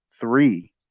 three